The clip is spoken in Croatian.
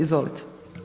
Izvolite!